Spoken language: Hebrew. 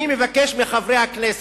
אני מבקש מחברי הכנסת,